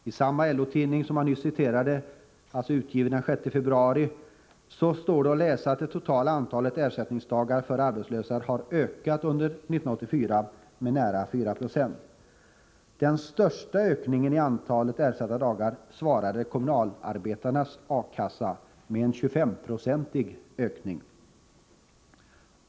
I samma LO-tidning, som jag nyss citerade, alltså av den 6 februari, står det att läsa att det totala antalet ersättningsdagar för arbetslösa har ökat under 1984 med nära 4 26. Den största ökningen av antalet ersatta dagar svarade kommunalarbetarnas A-kassa för med en 25-procentig ökning.